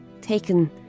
taken